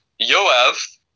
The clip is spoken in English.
Yoav